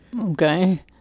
Okay